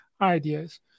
ideas